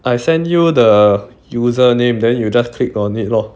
I send you the username then you just click on it lor